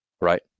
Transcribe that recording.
right